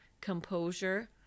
composure